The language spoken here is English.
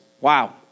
Wow